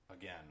again